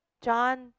John